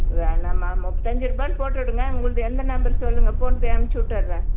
வேணாம்மா முப்பத்தஞ்சு ருபாய்னு போட்டுவிடுங்க உங்களுது எந்த நம்பர் சொல்லுங்க ஃபோன்பே அனுப்பிச்சி விட்டர்றேன்